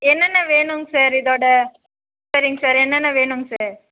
என்னென்ன வேணும்ங்க சார் இதோட சரிங்க சார் என்னென்ன வேணும்ங்க சார்